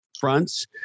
fronts